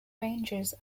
ranges